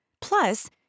Plus